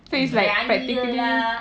so it's like practically